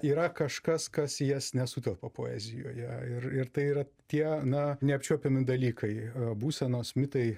yra kažkas kas į jas nesutelpa poezijoje ir ir tai yra tie na neapčiuopiami dalykai būsenos mitai